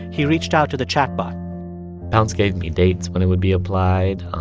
he reached out to the chatbot pounce gave me dates when it would be applied.